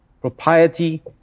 propriety